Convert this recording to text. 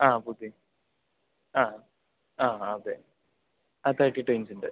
ആ പുതിയ ആ ആ അതെ ആ തെർട്ടി ടു ഇഞ്ചിൻ്റ